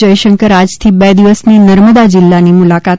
જયશંકર આજથી બે દિવસની નર્મદા જિલ્લાની મુલાકાતે